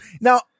Now